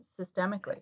systemically